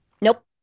nope